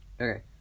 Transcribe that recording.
Okay